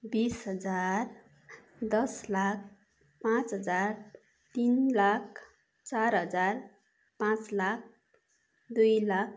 बिस हजार दस लाख पाँच हजार तिन लाख चार हजार पाँच लाख दुई लाख